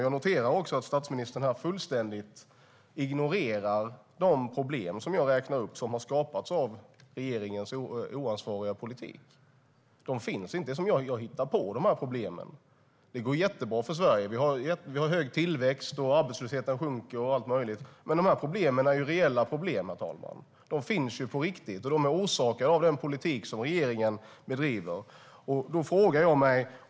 Jag noterar att statsministern här fullständigt ignorerar de problem som jag räknar upp som har skapats av regeringens oansvariga politik. De finns inte. Det är som att jag hittar på problemen. Det går jättebra för Sverige. Vi har hög tillväxt, arbetslösheten sjunker och allt möjligt. Men problemen är reella problem, herr talman. De finns på riktigt, och de är orsakade av den politik som regeringen bedriver.